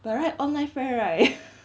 but right online friend right